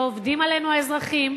ועובדים עלינו, האזרחים,